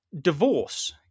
divorce